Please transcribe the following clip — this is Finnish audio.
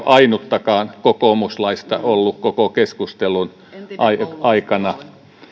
ainuttakaan kokoomuslaista ollut koko keskustelun aikana